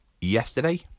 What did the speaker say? yesterday